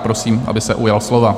Prosím, aby se ujal slova.